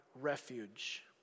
refuge